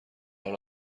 حال